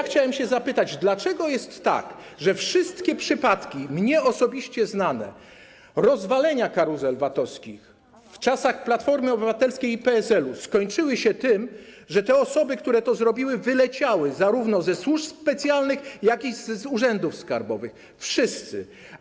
Chciałem się zapytać, dlaczego jest tak, że wszystkie mnie osobiście znane przypadki rozwalenia karuzel VAT-owskich w czasach Platformy Obywatelskiej i PSL-u skończyły się tym, że osoby, które to zrobiły, wyleciały zarówno ze służb specjalnych, jak i z urzędów skarbowych, wszystkie.